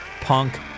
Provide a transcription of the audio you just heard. Punk